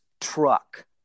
truck